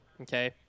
okay